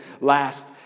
last